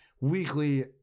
weekly